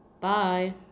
bye